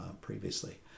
previously